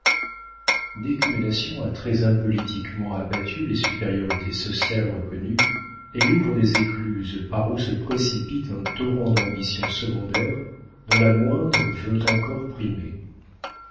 dès qu'une nation a très impolitiquement abattu les supériorités sociales reconnues elle ouvre des écluses par où se précipite un torrent d'ambitions secondaires dont la moindre veut encore primer